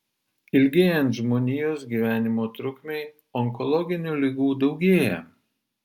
ilgėjant žmonijos gyvenimo trukmei onkologinių ligų daugėja